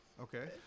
Okay